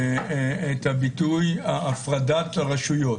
את הביטוי: הפרדת הרשויות.